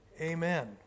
Amen